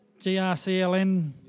GRCLN